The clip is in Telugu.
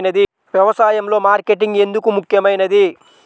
వ్యసాయంలో మార్కెటింగ్ ఎందుకు ముఖ్యమైనది?